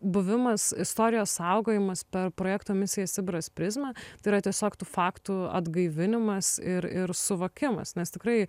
buvimas istorijos saugojimas per projekto misija sibiras prizmę tai yra tiesiog tų faktų atgaivinimas ir ir suvokimas nes tikrai